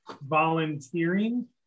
volunteering